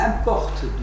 importe